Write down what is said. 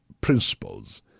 principles